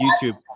YouTube